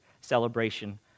celebration